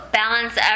balance